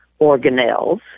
organelles